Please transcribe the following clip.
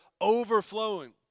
overflowing